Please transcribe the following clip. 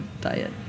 diet